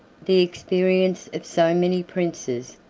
the experience of so many princes,